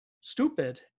stupid